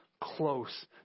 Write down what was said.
close